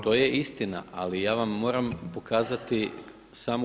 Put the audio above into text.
To je istina ali ja vam moram kazati samo